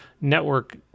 network